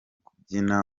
kubyina